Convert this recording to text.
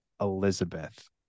Elizabeth